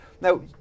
Now